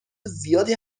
زیادی